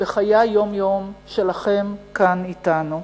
בחיי היום-יום שלכם כאן אתנו.